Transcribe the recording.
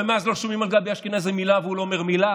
ומאז לא שומעים על גבי אשכנזי מילה והוא לא אומר מילה?